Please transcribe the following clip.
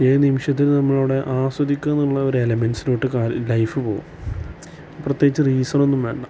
ഏത് നിമിഷത്തിലും നമ്മൾ അവിടെ ആസ്വദിക്കയെന്നുള്ള ഒരു എലമെന്റസ്ലോട് കാല് ലൈഫ് പോകും പ്രത്യേകിച്ച് റീസൺ ഒന്നും വേണ്ട